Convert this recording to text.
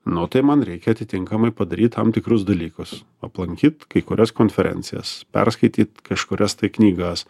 na tai man reikia atitinkamai padaryt tam tikrus dalykus aplankyt kai kurias konferencijas perskaityt kažkurias tai knygas